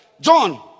John